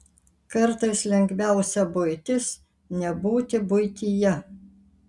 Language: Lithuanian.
kartais lengviausia buitis nebūti buityje